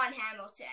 Hamilton